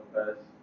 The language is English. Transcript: best